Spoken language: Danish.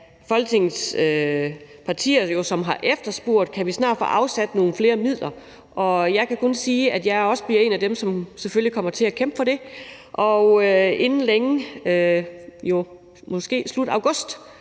Folketingets partier, som har spurgt, om vi snart kan få afsat nogle flere midler, og jeg kan kun sige, at jeg selvfølgelig også bliver en af dem, som kommer til at kæmpe for det. Inden længe – det er